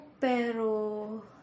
pero